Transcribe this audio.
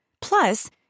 Plus